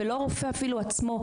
ולא הרופא אפילו עצמו,